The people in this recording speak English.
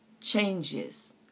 changes